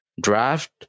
draft